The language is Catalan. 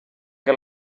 que